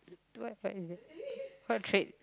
what was is it what trait